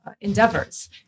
endeavors